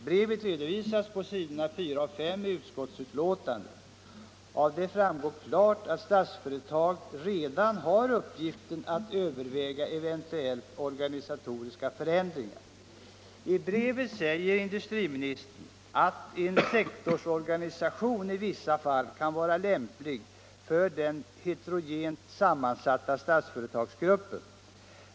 Brevet finns redovisat på s. 4 och 5 i utskottsbetänkandet. Av det framgår klart, att Statsföretag redan har uppgiften att överväga even tuella organisatoriska förändringar. I brevet säger industriministern, att en sektorsorganisation i vissa fall kan vara lämplig för den heterogent sammansatta Statsföretagsgruppen.